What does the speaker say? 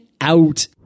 out